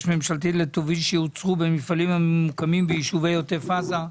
ממשלתי לטובין שיוצרו במפעלים הממוקמים ביישובי עוטף עזה.